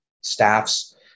staffs